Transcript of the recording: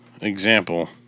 example